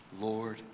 Lord